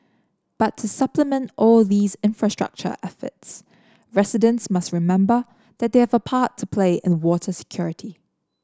but to supplement all these infrastructure efforts residents must remember that they have a part to play in water security